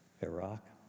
Iraq